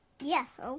Yes